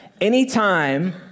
Anytime